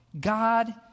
God